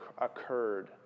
occurred